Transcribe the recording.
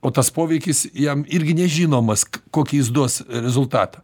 o tas poveikis jam irgi nežinomas kokį jis duos rezultatą